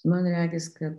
man regis kad